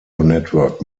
network